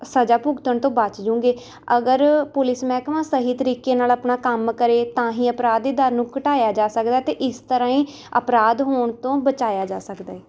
ਸਜ਼ਾ ਭੁਗਤਣ ਤੋਂ ਬੱਚ ਜੂੰਗੇ ਅਗਰ ਪੁਲਿਸ ਮਹਿਕਮਾ ਸਹੀ ਤਰੀਕੇ ਨਾਲ ਆਪਣਾ ਕੰਮ ਕਰੇ ਤਾਂ ਹੀ ਅਪਰਾਧ ਦੀ ਦਰ ਨੂੰ ਘਟਾਇਆ ਜਾ ਸਕਦਾ ਅਤੇ ਇਸ ਤਰ੍ਹਾਂ ਹੀ ਅਪਰਾਧ ਹੋਣ ਤੋਂ ਬਚਾਇਆ ਜਾ ਸਕਦਾ ਹੈ